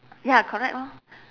ya correct lor